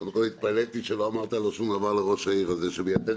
קודם כל התפלאתי שלא אמרת שום דבר לראש העיר על זה שביתד